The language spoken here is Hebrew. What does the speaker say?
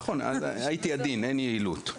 נכון, אז הייתי עדין, אין יעילות.